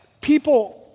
people